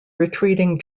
retreating